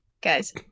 Guys